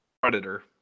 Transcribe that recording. Predator